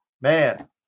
Man